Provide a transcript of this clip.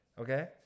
okay